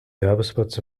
werbespots